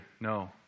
No